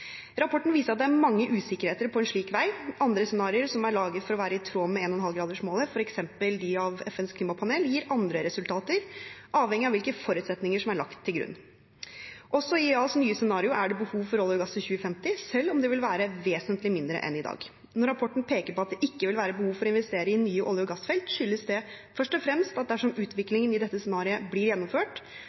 Rapporten viser at det er mange usikkerheter på en slik vei. Andre scenarioer, som er laget for å være i tråd med 1,5-gradersmålet, f.eks. dem av FNs klimapanel, gir andre resultater – avhengig av hvilke forutsetninger som er lagt til grunn. Også i IEAs nye scenario er det behov for olje og gass i 2050, selv om det vil være vesentlig mindre enn i dag. Når rapporten peker på at det ikke vil være behov for å investere i nye olje- og gassfelt, skyldes det først og fremst at dersom utviklingen i dette scenarioet blir gjennomført,